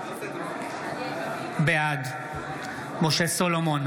בעד משה סולומון,